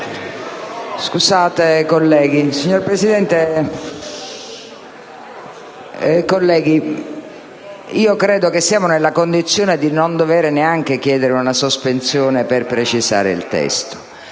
*(PD)*. Signor Presidente, colleghi, credo che siamo nella condizione di non dovere neanche chiedere una sospensione per precisare il testo